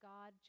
God